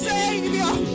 Savior